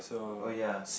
oh ya